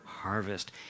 harvest